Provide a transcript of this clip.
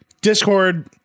Discord